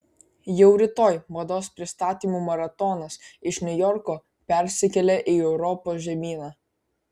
jau rytoj mados pristatymų maratonas iš niujorko persikelia į europos žemyną